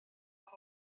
oedd